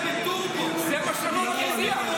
זה מה שאמר המציע.